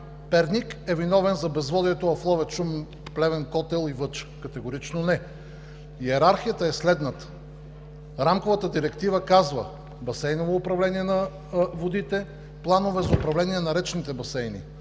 Перник, е виновен за безводието в Ловеч, Шумен, Плевен, Котел и Въча? Категорично не! Йерархията е следната. Рамковата директива казва: басейново управление на водите; планове за управление на речните басейни;